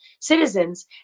citizens